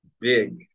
big